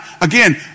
again